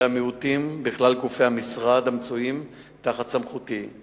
המיעוטים בכלל גופי המשרד המצויים תחת סמכותי.